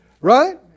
Right